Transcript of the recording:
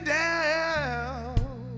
down